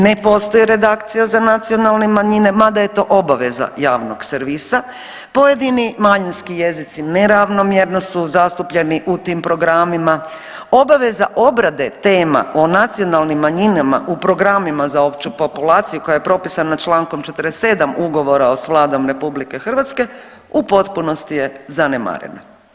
Ne postoji redakcija za nacionalne manjine mada je to obaveza javnog servisa, pojedini manjinski jezici neravnomjerno su zastupljeni u tim programima, obaveza obrade tema o nacionalnim manjinama u programima za opću populaciju koja je propisana čl. 47. ugovora s Vladom RH u potpunosti je zanemarena.